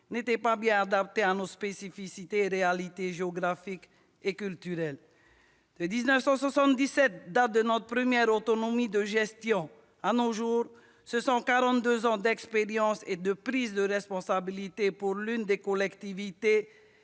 n'était pas bien adapté à nos spécificités et réalités géographiques et culturelles. De 1977, date de notre première autonomie de gestion, à nos jours, ce sont quarante-deux ans d'expérience et de prise de responsabilité pour l'une des collectivités